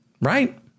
Right